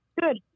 Good